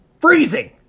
freezing